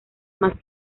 más